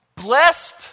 Blessed